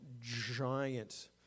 giant